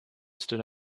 stood